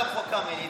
גם חוק קמיניץ,